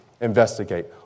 Investigate